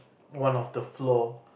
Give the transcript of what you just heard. one of the floor